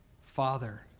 Father